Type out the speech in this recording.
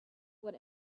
what